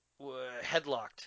Headlocked